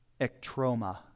ectroma